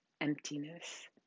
emptiness